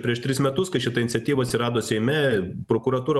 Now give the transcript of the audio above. prieš tris metus kad šita iniciatyva atsirado seime prokuratūra buvo